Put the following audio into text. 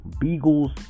Beagles